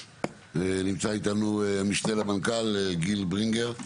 נמצא אתנו המשנה למנכ"ל גיל ברינגר,